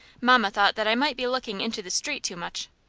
mamma thought that i might be looking into the street too much.